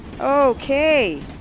Okay